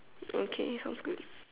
okay sounds good